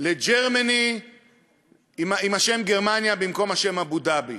עם השם גרמניה במקום השם אבו-דאבי.